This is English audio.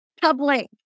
public